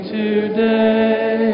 today